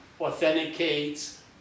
authenticates